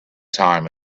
time